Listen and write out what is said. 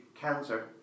cancer